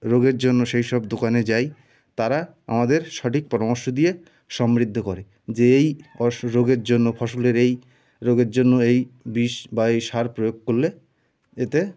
রোগের জন্য সেইসব দোকানে যাই তারা আমাদের সঠিক পরামর্শ দিয়ে সমৃদ্ধ করে যে এই রোগের জন্য ফসলের এই রোগের জন্য এই বিষ বা এই সার প্রয়োগ করলে এতে